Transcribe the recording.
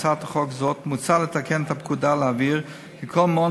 בהצעת החוק הזאת מוצע לתקן את הפקודה ולהבהיר כי כל מעון